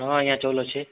ହଁ ଆଜ୍ଞା ଚାଉଲ୍ ଅଛେ